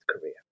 Korea